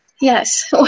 Yes